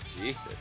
Jesus